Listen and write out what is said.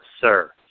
Sir